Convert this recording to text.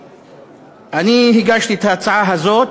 אני הגשתי את ההצעה הזאת